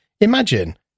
imagine